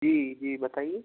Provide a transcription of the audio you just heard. جی جی بتائیے